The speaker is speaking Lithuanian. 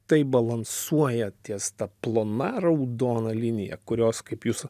tai balansuoja ties ta plona raudona linija kurios kaip jūs